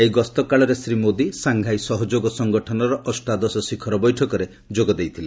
ଏହି ଗସ୍ତ କାଳରେ ଶ୍ରୀ ମୋଦି ସାଂଘାଇ ସହଯୋଗ ସଂଗଠନର ଅଷ୍ଟାଦଶ ଶିଖର ବୈଠକରେ ଯୋଗ ଦେଇଥିଲେ